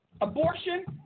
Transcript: Abortion